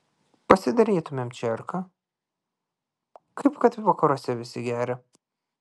pasidarytumėm čerką kaip kad vakaruose visi geria